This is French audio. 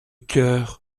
cœur